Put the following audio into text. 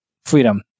freedom